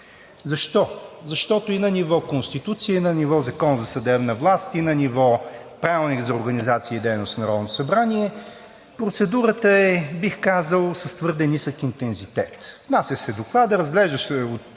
Защо? Защото и на ниво Конституция, и на ниво Закон за съдебната власт, и на ниво Правилник за организацията и дейността на Народното събрание процедурата е, бих казал, с твърде нисък интензитет – внасяш си доклада, разглежда се от